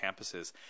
campuses